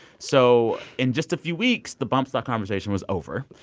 so in just a few weeks, the bump stock conversation was over.